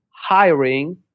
hiring